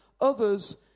others